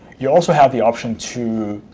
you also have the option to